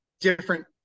different